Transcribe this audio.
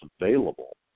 available